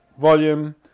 volume